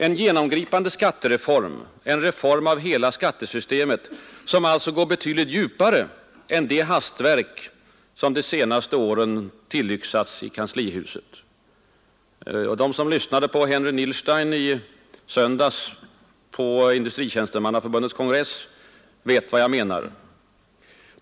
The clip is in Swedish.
En genomgripande skattereform, en reform av hela skattesystemet, som alltså går betydligt djupare än de hastverk som de senaste åren tillyxats i kanslihuset. De som lyssnade till Arne Nilstein i söndags på Industritjänstemannaförbundets kongress vet vad jag menar.